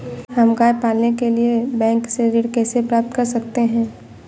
हम गाय पालने के लिए बैंक से ऋण कैसे प्राप्त कर सकते हैं?